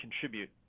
contribute